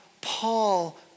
Paul